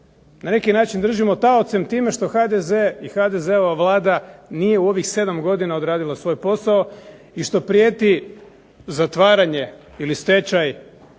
Na neki način držimo taocem time što HDZ i HDZ-ova vlada nije u ovih 7 godina odradila svoj posao i što prijeti zatvaranje ili stečaj